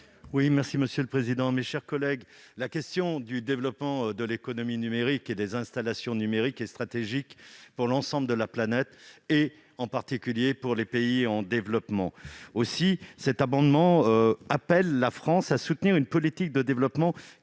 libellé : La parole est à M. André Gattolin. La question du développement de l'économie numérique et des installations numériques est stratégique pour l'ensemble de la planète, en particulier pour les pays en développement. Aussi, cet amendement tend à appeler la France à soutenir une politique de développement dédiée